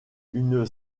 une